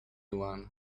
one